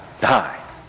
die